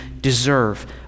deserve